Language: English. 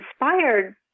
inspired